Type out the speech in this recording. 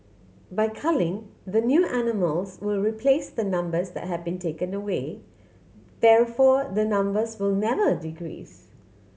by culling the new animals will replace the numbers that have been taken away therefore the numbers will never decrease